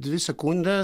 dvi sekundes